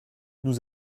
nous